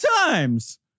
times